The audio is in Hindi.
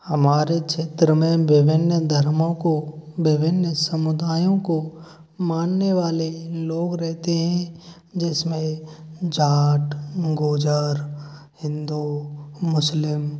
हमारे क्षेत्र में विभिन्न धर्मों को विभिन्न समुदायों को मानने वाले लोग रहते हैं जिसमें जाट गुर्जर हिंदू मुस्लिम